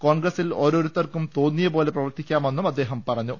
കോൺഗ്രസിൽ ഓരോരുത്തർക്കും തോന്നിയപോലെ പ്ര വർത്തിക്കാമെന്നും അദ്ദേഹം പറഞ്ഞു